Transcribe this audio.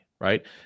right